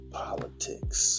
politics